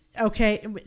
Okay